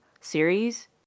series